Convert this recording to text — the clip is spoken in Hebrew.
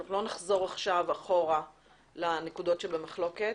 אנחנו לא נחזור עכשיו אחורה לנקודות שבמחלוקת,